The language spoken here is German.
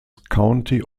county